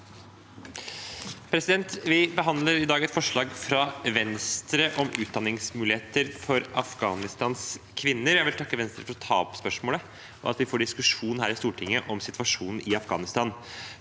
sa- ken): Vi behandler i dag et forslag fra Venstre om utdanningsmuligheter for Afghanistans kvinner. Jeg vil takke Venstre for å ta opp spørsmålet og for at vi får en diskusjon her i Stortinget om situasjonen i Afghanistan.